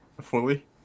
fully